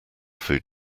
food